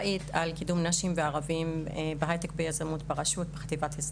אבל והיא חייבת להיות הרבה יותר מאסיבית,